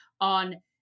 on